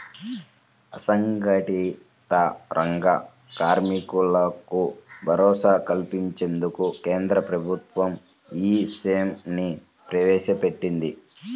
అసంఘటిత రంగ కార్మికులకు భరోసా కల్పించేందుకు కేంద్ర ప్రభుత్వం ఈ శ్రమ్ ని ప్రవేశపెట్టింది